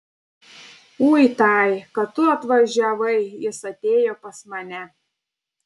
uitai kad tu atvažiavai jis atėjo pas mane